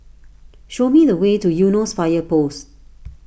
show me the way to Eunos Fire Post